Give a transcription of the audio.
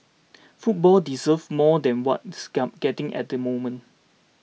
football deserves more than what it's getting at the moment